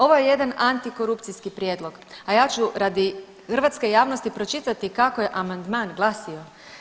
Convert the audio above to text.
Ovo je jedan antikorupcijski prijedlog, a ja ću radi hrvatske javnosti pročitati kako je amandman glasio.